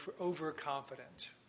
overconfident